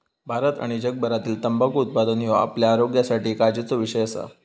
भारत आणि जगभरातील तंबाखू उत्पादन ह्यो आपल्या आरोग्यासाठी काळजीचो विषय असा